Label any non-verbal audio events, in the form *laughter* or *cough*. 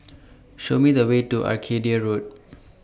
*noise* Show Me The Way to Arcadia Road